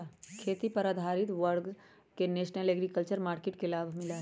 खेती पर आधारित हर वर्ग के नेशनल एग्रीकल्चर मार्किट के लाभ मिला हई